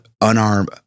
unarmed